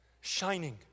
shining